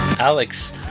Alex